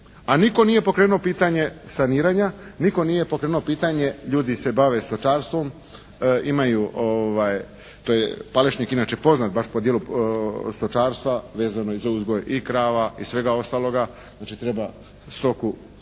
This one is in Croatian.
a nitko nije pokrenuo pitanje saniranja, nitko nije pokrenuo pitanje ljudi se bave stočarstvom. Imaju, to je Palešnik inače je baš poznat po dijelu stočarstva vezano uz uzgoj i krava i svega ostaloga. Znači, treba stoku